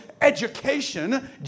education